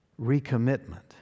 recommitment